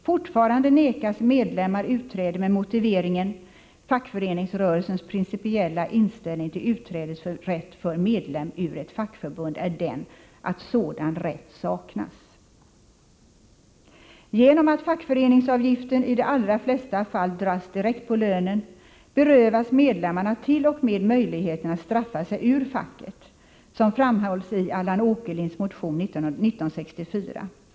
Fortfarande nekas medlemmar utträde med motiveringen: ”Fackföreningsrörelsens principiella inställning till utträdesrätt för medlem ur ett fackförbund är den, att sådan rätt saknas.” Genom att fackföreningsavgiften i de allra flesta fall dras direkt på lönen, berövas medlemmarna t.o.m. möjligheten att straffa sig ur facket, som framhålls i Allan Åkerlinds motion nr 1964.